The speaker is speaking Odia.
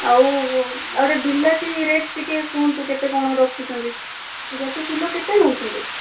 ଆଉ ଆଉ ଗୋଟେ ବିଲାତି ରେଟ୍ ଟିକେ କୁହନ୍ତୁ କେତେ କ'ଣ ରଖିଛନ୍ତି ବିଲାତି କିଲୋ କେତେ ନେଉଛନ୍ତି